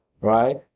right